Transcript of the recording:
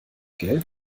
gell